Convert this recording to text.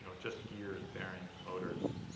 but just gears, bearings, motors.